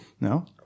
No